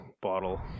bottle